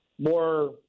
more